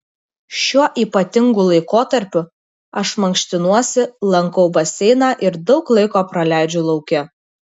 šiuo ypatingu laikotarpiu aš mankštinuosi lankau baseiną ir daug laiko praleidžiu lauke